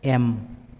M